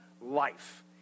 life